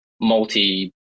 multi